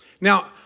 Now